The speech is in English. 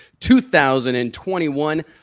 2021